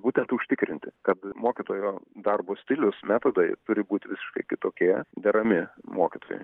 būtent užtikrinti kad mokytojo darbo stilius metodai turi būti visiškai kitokie derami mokytojui